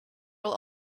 will